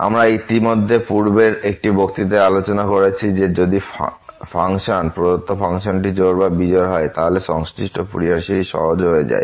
আমরা ইতিমধ্যে পূর্বের একটি বক্তৃতায় আলোচনা করেছি যে যদি ফাংশন প্রদত্ত ফাংশনটি জোড় বা বিজোড় হয় তাহলে সংশ্লিষ্ট ফুরিয়ার সিরিজ সহজ হয়ে যায়